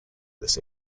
this